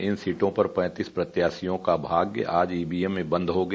इन सीटों पर पैतीस प्रत्याशियों का भाग्य आज ईवीएम में बंद हो गया